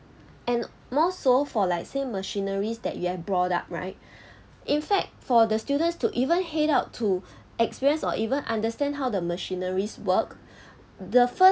and more so for like say machineries that you're brought up right in fact for the students to even head out to experience or even understand how the machineries work the first